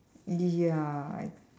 ya I